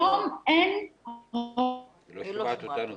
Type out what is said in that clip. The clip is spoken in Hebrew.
אפשר להמשיך?